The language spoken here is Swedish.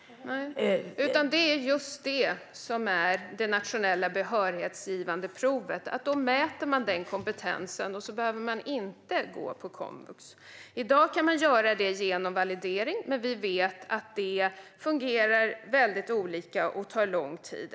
Det är just det som det nationella behörighetsgivande provet är till för. Då mäts den kompetensen, och man behöver inte gå på komvux. I dag kan det göras genom validering. Men vi vet att det fungerar olika bra och tar lång tid.